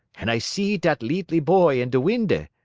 han' i see dat leetly boy in de windy,